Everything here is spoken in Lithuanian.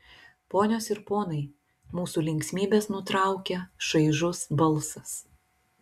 ponios ir ponai mūsų linksmybes nutraukia šaižus balsas